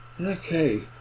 Okay